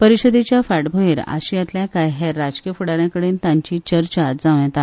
परिषदेच्या फाटभ्येर आशियातल्या काय हेर राजकीय फुडा याकडेन तांची चर्चा जांव येता